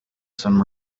some